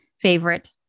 favorite